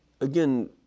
again